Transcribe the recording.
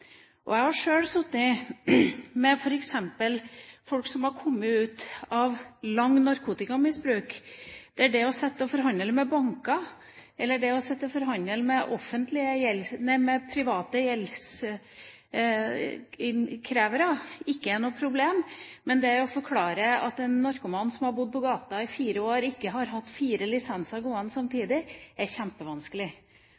gjeldsproblemer. Jeg har sjøl sittet sammen med folk som har kommet ut av lang tids narkotikamisbruk, der det å sitte og forhandle med banker eller å sitte og forhandle med private gjeldsinnkrevere ikke er noe problem. Men å forklare at en narkoman som har bodd på gata i fire år, ikke har hatt fire lisenser gående